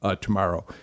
tomorrow